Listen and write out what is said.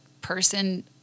person